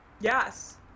Yes